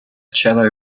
cello